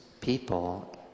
people